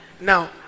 Now